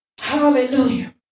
Hallelujah